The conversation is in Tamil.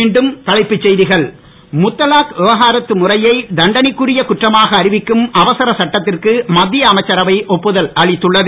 மீண்டும் தலைப்புச் செய்திகள் முத்தலாக் விவகரத்து முறையை தண்டனைக்குறிய குற்றமாக அறிவிக்கும் அவசர சட்டத்திற்கு மத்திய அமைச்சரவை ஒப்புதல் அளித்துள்ளது